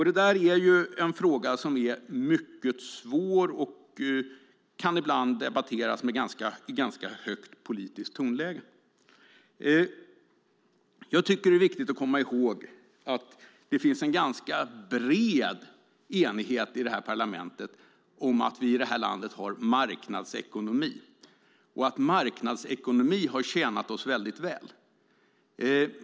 Det är en fråga som är mycket svår och som ibland debatteras i ganska högt tonläge. Det är viktigt att komma ihåg att det i det här parlamentet finns en ganska bred enighet om att vi i det här landet har marknadsekonomi och att marknadsekonomin har tjänat oss väldigt väl.